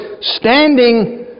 standing